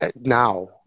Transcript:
now